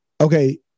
Okay